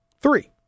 Three